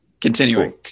continuing